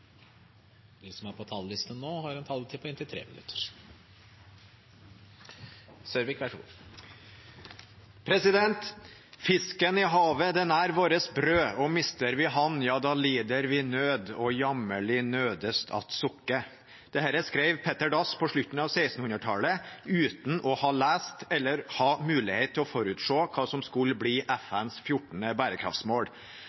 De talere som heretter får ordet, har en taletid på inntil 3 minutter. Petter Dass skrev på slutten av 1600-tallet, uten å ha lest eller ha mulighet til å forutse hva som skulle bli